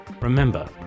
Remember